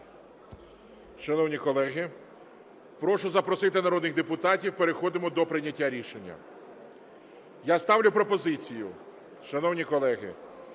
Шановні колеги, прошу запросити народних депутатів, переходимо до прийняття рішення. Я ставлю пропозицію, шановні колеги,